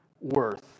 worth